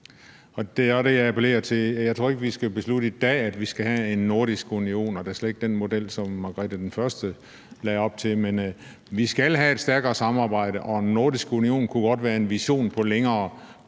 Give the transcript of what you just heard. Det er også det, jeg appellerer til. Jeg tror ikke, at vi i dag skal beslutte, at vi skal have en nordisk union – og da slet ikke den model, som Margrethe I lagde op til, men vi skal have et stærkere samarbejde, og en nordisk union kunne godt være en vision på længere